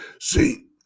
See